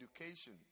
education